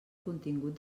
contingut